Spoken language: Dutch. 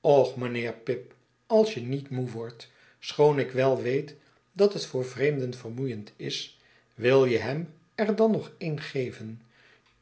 och mijnheer pip als je niet moe wordt schoon ik wel weet dat het voor vreemden vermoeiend is wil je hem er dan nog